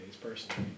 personally